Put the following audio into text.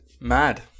Mad